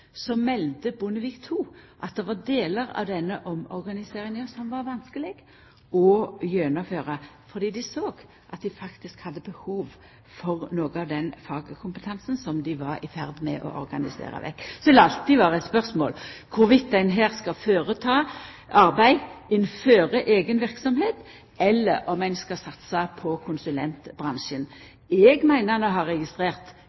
melde Bondevik II at det var delar av denne omorganiseringa som det var vanskeleg å gjennomføra, fordi dei såg at dei faktisk hadde behov for noko av den fagkompetansen som dei var i ferd med å organisera vekk. Det vil alltid vera eit spørsmål om ein skal foreta arbeid innanfor eiga verksemd, eller om ein skal satsa på konsulentbransjen. Eg meiner å ha registrert